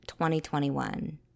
2021